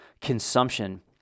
consumption